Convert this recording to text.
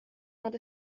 not